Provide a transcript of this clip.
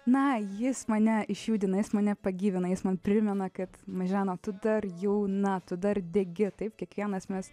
na jis mane išjudina jis mane pagyvina jis man primena kad mažena tu dar jauna tu dar degi taip kiekvienas mes